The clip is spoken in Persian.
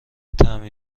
طعمی